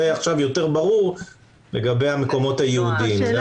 עכשיו זה יותר ברור לגבי המקומות הייעודיים.